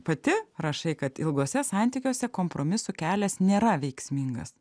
pati rašai kad ilguose santykiuose kompromisų kelias nėra veiksmingas